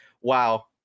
Wow